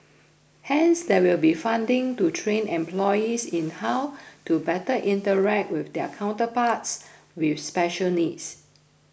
hence there will be funding to train employees in how to better interact with their counterparts with special needs